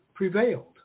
prevailed